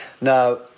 Now